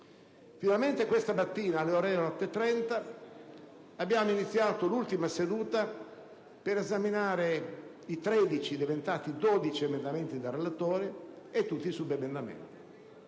Finalmente, questa mattina, alle ore 8,30, abbiamo iniziato l'ultima seduta per esaminare i 13 (diventati 12) emendamenti del relatore e tutti i subemendamenti.